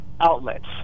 outlets